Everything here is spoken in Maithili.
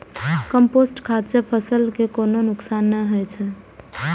कंपोस्ट खाद सं फसल कें कोनो नुकसान नै होइ छै